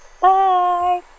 bye